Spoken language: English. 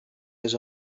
his